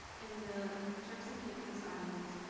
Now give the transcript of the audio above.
in the turks and caicos islands,